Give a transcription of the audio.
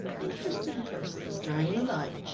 interested persons during the night,